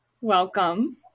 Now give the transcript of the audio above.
Welcome